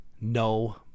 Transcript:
no